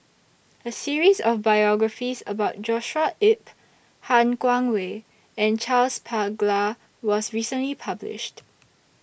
A series of biographies about Joshua Ip Han Guangwei and Charles Paglar was recently published